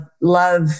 love